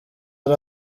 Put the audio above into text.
ari